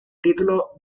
título